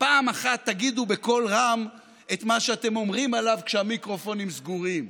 פעם אחת תגידו בקול רם את מה שאתם אומרים עליו כשהמיקרופונים סגורים.